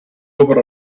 over